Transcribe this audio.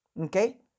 okay